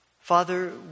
Father